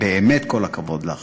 באמת, באמת כל הכבוד לך.